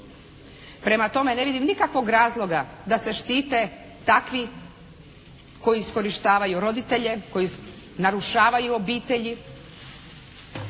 Prema tome, ne vidim nikakvog razloga da se štite takvi koji iskorištavaju roditelje, koji narušavaju obitelji,